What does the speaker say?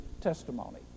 testimony